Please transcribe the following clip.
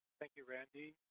thank you, randy.